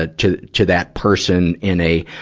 ah to, to that person in a,